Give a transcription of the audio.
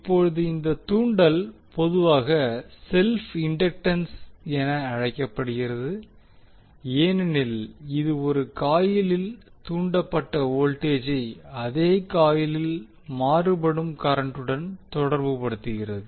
இப்போது இந்த தூண்டல் பொதுவாக செல்ப் இண்டக்டன்ஸ் என அழைக்கப்படுகிறது ஏனெனில் இது ஒரு காயிலில் தூண்டப்பட்ட வோல்ட்டேஜை அதே காயிலில் மாறுபடும் கரண்டுடன் தொடர்புபடுத்துகிறது